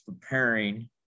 preparing